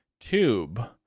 tube